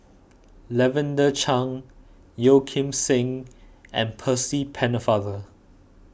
Lavender Chang Yeo Kim Seng and Percy Pennefather